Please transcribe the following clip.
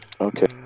Okay